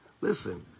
listen